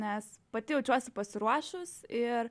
nes pati jaučiuosi pasiruošus ir